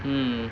mm